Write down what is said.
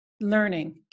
learning